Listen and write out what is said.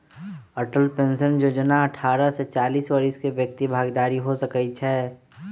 Atal pension जोजना अठारह से चालीस वरिस के व्यक्ति भागीदार हो सकइ छै